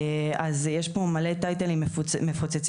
יש פה מלא טייטלים מפוצצים,